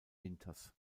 winters